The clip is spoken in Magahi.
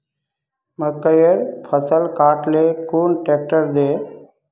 मकईर फसल काट ले कुन ट्रेक्टर दे?